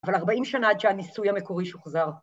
‫אבל 40 שנה ‫עד שהניסוי המקורי שוחזר.